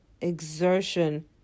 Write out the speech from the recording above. exertion